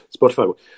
Spotify